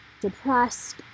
depressed